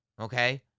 okay